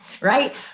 right